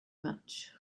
much